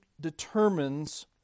determines